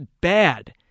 bad